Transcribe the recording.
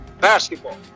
basketball